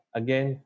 again